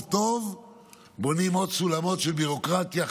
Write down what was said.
טוב בונים עוד סולמות של ביורוקרטיה,